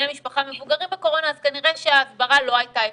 משפחה מבוגרים בקורונה אז כנראה שההסברה לא הייתה אפקטיבית.